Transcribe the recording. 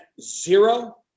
zero